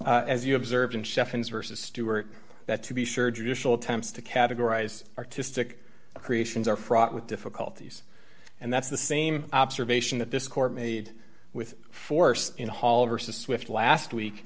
you observed in chef and versus stewart that to be sure judicial attempts to categorize artistic creations are fraught with difficulties and that's the same observation that this court made with force in hall versus with last week